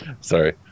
Sorry